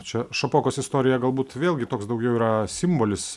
čia šapokos istorija galbūt vėlgi toks daugiau yra simbolis